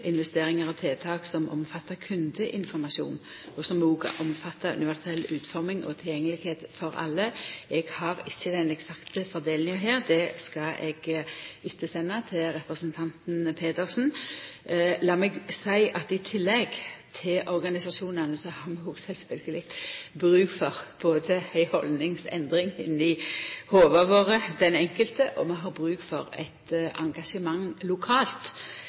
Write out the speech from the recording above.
og tiltak som omfattar kundeinformasjon, og som òg omfattar universell utforming og tilgjenge for alle. Eg har ikkje den eksakte fordelinga her, det skal eg ettersenda til representanten Pettersen. I tillegg til organisasjonane har vi sjølvsagt òg bruk for både ei haldningsendring inne i hovudet til den enkelte og